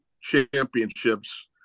championships